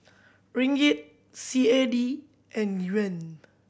Ringgit C A D and Yuan